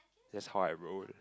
that's how I roll